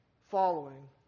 following